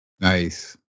Nice